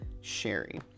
Sherry